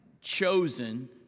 chosen